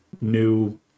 new